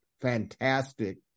fantastic